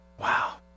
wow